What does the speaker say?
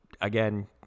again